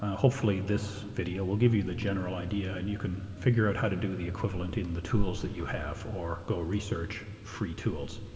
ah hopefully this video will give you the general idea and you can figure out how to do the equivalent in the tools that you have, or go research free tools.